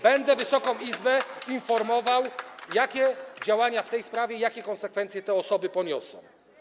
Będę Wysoką Izbę informował, jakie działania podjęto w tej sprawie i jakie konsekwencje te osoby poniosą.